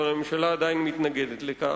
אבל הממשלה עדיין מתנגדת לכך.